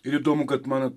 ir įdomu kad man